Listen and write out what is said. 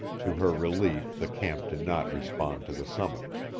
to her relief the camp did not respond to the summons.